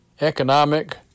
Economic